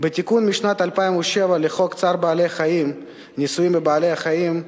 בתיקון משנת 2007 לחוק צער בעלי-חיים (ניסויים בבעלי-חיים),